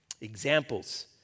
Examples